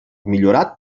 millorat